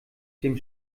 dem